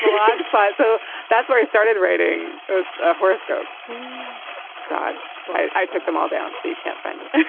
like five so that's where i started writing those horoscopes god i took them all down so you can't find them